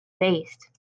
faced